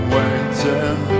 waiting